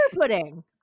pudding